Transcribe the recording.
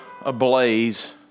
ablaze